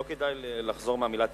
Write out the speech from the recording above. לא כדאי לחזור מהמלה "טיפשות"?